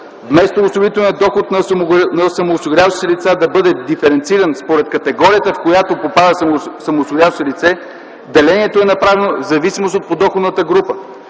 Вместо осигурителния доход на самоосигуряващите се лица да бъде диференциран според категорията, в която попада самоосигуряващото се лице, делението е направено в зависимост от подоходната група!